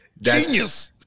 Genius